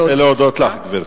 גם אני רוצה להודות לך, גברתי.